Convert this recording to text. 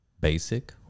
basic